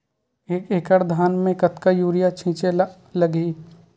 एक एकड़ धान में कतका यूरिया छिंचे ला लगही?